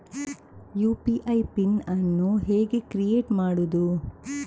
UPI PIN ಅನ್ನು ಹೇಗೆ create ಮಾಡುದು?